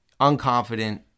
unconfident